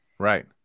Right